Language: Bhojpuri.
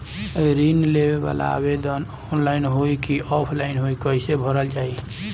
ऋण लेवेला आवेदन ऑनलाइन होई की ऑफलाइन कइसे भरल जाई?